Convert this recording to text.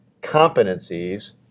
competencies